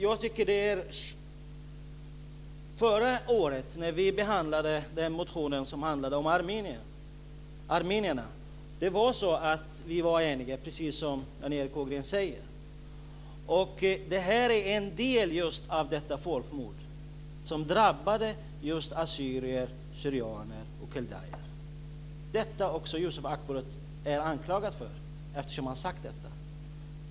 När vi förra året behandlade en motion som handlade om armenierna var vi eniga, precis som Jan Erik Ågren säger. Det här är en del av det folkmord som drabbade just assyrier, syrianer och kaldéer. Yusuf Akbulut är anklagad just för att han sagt detta.